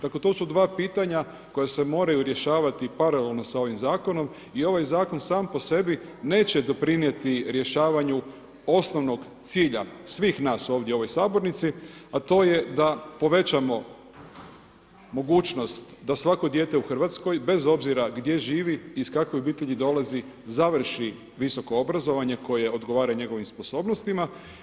Dakle to su dva pitanja koja se moraju rješavati paralelno s ovim zakonom i ovaj zakon sam po sebi neće doprinijeti rješavanju osnovnog cilja svih nas ovdje u ovoj sabornici, a to je da povećamo mogućnost da svako dijete u Hrvatskoj bez obzira gdje živi iz kakve obitelji dolazi završi visoko obrazovanje koje odgovara njegovim sposobnostima.